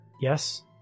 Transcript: Yes